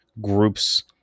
groups